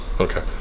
okay